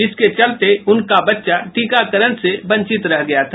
इसके चलते उनके बच्चे टीकाकरण से वंचित रह गया था